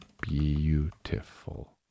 beautiful